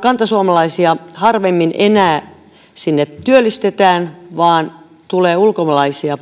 kantasuomalaisia harvemmin enää sinne työllistetään vaan tulee paljon ulkomaalaisia